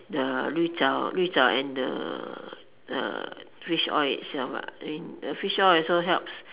the and the the fish oil itself lah and the fish oil also helps